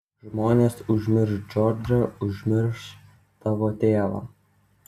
žmonės užmirš džordžą užmirš tavo tėvą